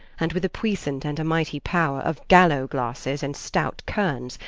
and with a puissant and a mighty power of gallow-glasses and stout kernes,